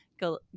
go